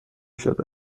شده